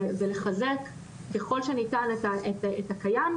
ולחזק ככל שניתן את הקיים.